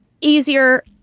easier